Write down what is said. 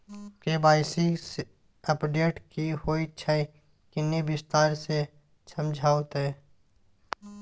KYC update की होय छै किन्ने विस्तार से समझाऊ ते?